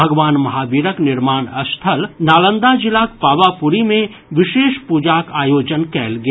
भगवान महावीरक निर्वाण स्थल नालंदा जिलाक पावापुरी मे विशेष पूजाक आयोजन कयल गेल